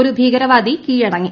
ഒരു ഭീകരവാദി കീഴടങ്ങി